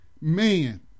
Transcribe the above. man